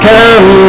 Come